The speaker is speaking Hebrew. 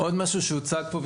עוד משהו שהוצג פה,